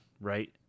right